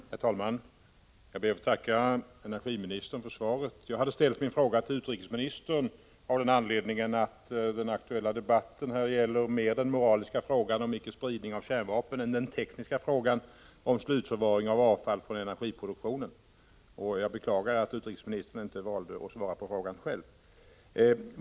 Herr talman! Jag ber att få tacka energiministern för svaret. Jag hade ställt min fråga till utrikesministern med anledning av att den aktuella debatten mer gäller den moraliska frågan om icke-spridning av kärnvapen än den tekniska frågan om slutförvaring av avfall från energiproduktion. Jag beklagar att utrikesministern inte valt att svara på frågan själv. Herr talman!